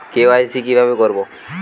KYC কিভাবে করব?